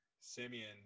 Simeon